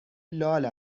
لال